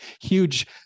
huge